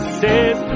says